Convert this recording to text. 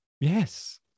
Yes